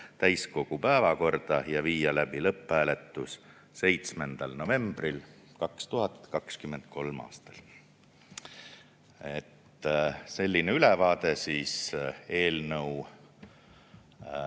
täiskogu päevakorda ja viia läbi lõpphääletus 7. novembril 2023. aastal. Selline ülevaade eelnõu